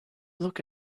look